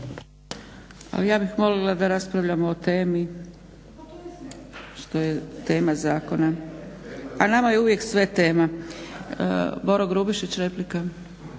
ja bih molila da raspravljamo o temi, što je tema Zakona. Pa nama je uvijek sve tema. Boro Grubišić replika.